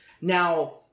Now